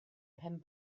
pen